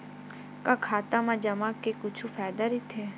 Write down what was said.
का खाता मा जमा के कुछु फ़ायदा राइथे?